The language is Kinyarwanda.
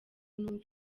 numva